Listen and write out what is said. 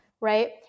Right